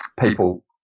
people